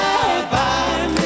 Bye-bye